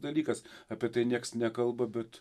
dalykas apie tai nieks nekalba bet